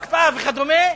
הקפאה וכדומה.